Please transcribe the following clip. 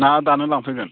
ना दानो लांफैगोन